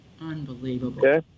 Unbelievable